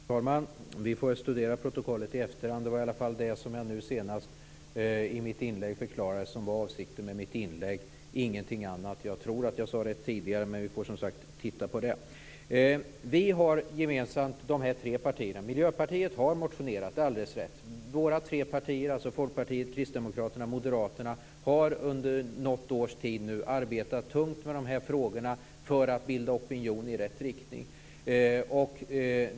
Fru talman! Vi får studera protokollet i efterhand. Det var i alla fall det jag förklarade i mitt senaste inlägg som var avsikten och ingenting annat. Jag tror att jag sade rätt tidigare, men vi får som sagt titta på det. Miljöpartiet har motionerat; det är alldeles rätt. Våra tre partier - Folkpartiet, Kristdemokraterna och Moderaterna - har under något års tid arbetat hårt med de här frågorna för att bilda opinion i rätt riktning.